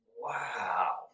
Wow